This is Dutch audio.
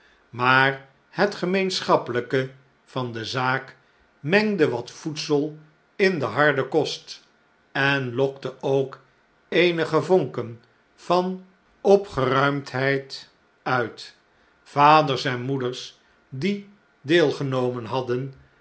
maar het gemeenschappelh'ke van de zaak mengde wat voedsel in den harden kost en lokte ook eenige vonken van opgeruimdheid uit vaders en moeders die deelgenomen hadden